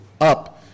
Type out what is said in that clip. up